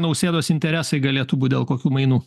nausėdos interesai galėtų būt dėl kokių mainų